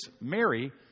Mary